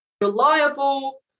reliable